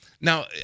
Now